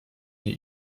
nie